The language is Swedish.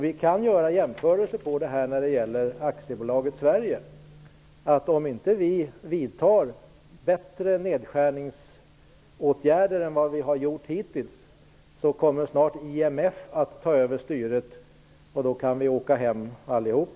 Vi kan göra jämförelser när det gäller AB Sverige. Om inte vi vidtar bättre nedskärningsåtgärder än vi har gjort hittills, så kommer snart IMF att ta över styret och då kan vi åka hem allihop.